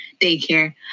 daycare